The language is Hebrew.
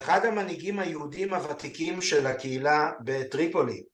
אחד המנהיגים היהודים הוותיקים של הקהילה בטריפולי.